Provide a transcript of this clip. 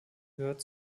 gehört